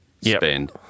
spend